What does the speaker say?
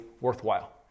worthwhile